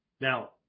Now